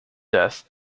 death